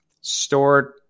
stored